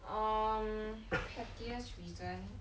um pettiest reason